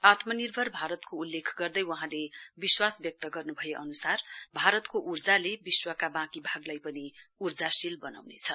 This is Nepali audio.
आत्मनिर्भर भारतको उल्लेख गर्दै वहाँले विश्वास व्यक्त गर्नु भए अनुसार भारतको उर्जाले विश्वका अन्य भागलाई उर्जावान वनाउनेछ